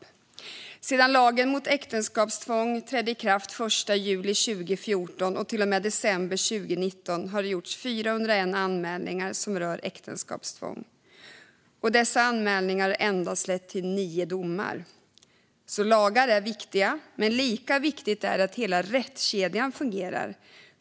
Sedan lagen mot äktenskapstvång trädde i kraft den l juli 2014 och till och med december 2019 har det gjorts 401 anmälningar som rör äktenskapstvång. Dessa anmälningar har endast lett till nio domar. Lagar är alltså viktiga, men lika viktigt är att hela rättskedjan fungerar.